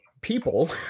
people